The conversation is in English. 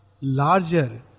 larger